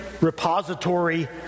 repository